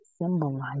symbolize